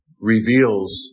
reveals